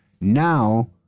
Now